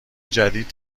جدید